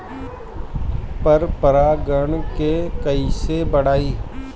पर परा गण के कईसे बढ़ाई?